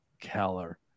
Keller